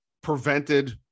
prevented